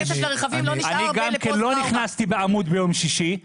אני גם לא נכנסתי בעמוד ביום שישי,